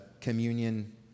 communion